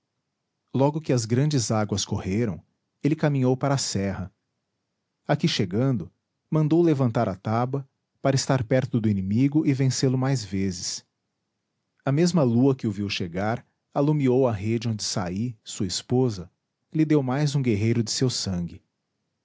logo que as grandes águas correram ele caminhou para a serra aqui chegando mandou levantar a taba para estar perto do inimigo e vencê lo mais vezes a mesma lua que o viu chegar alumiou a rede onde saí sua esposa lhe deu mais um guerreiro de seu sangue